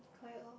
correct lor